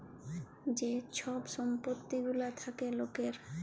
যে ছব সম্পত্তি গুলা থ্যাকে লকের